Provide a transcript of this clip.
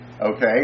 Okay